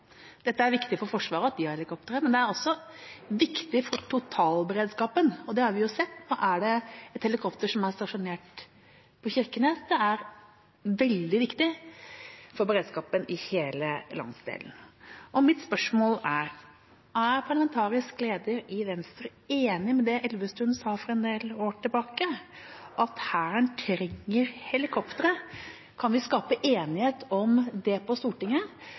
er viktig for Forsvaret at de har helikoptre, men det er også viktig for totalberedskapen, og det har vi sett. Nå er det et helikopter som er stasjonert i Kirkenes, det er veldig viktig for beredskapen i hele landsdelen. Mitt spørsmål er: Er parlamentarisk leder i Venstre enig i det representanten Elvestuen sa for en del år tilbake, at Hæren trenger helikoptre? Kan vi skape enighet om det på Stortinget